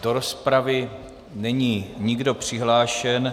Do rozpravy není nikdo přihlášen.